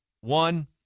one